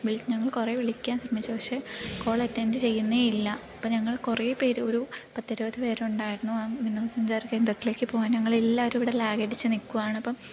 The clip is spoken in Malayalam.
വിളിച്ചു ഞങ്ങൾ കുറെ വിളിക്കാൻ ശ്രമിച്ചു പക്ഷേ കോൾ അറ്റൻഡ് ചെയ്യുന്നേയില്ല അപ്പോൾ ഞങ്ങൾ കുറെ പേർ ഒരു പത്ത് ഇരുപത് പേരുണ്ടായിരുന്നു വിനോദസഞ്ചാര കേന്ദ്രത്തിലേക്ക് പോവാൻ ഞങ്ങളെല്ലാവരും ഇവിടെ ലാഗ് അടിച്ചു നിക്കുവാണ് അപ്പം